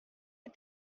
est